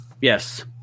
Yes